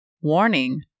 Warning